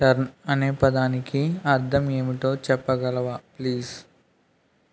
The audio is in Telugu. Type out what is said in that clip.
టర్న్ అనే పదానికి అర్థం ఏంటో చెప్పగలవా ప్లీజ్